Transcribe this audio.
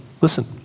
Listen